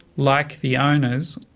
like the owners,